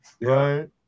Right